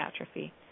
atrophy